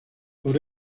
por